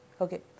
okay